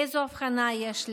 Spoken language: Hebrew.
איזו אבחנה יש לי,